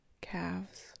calves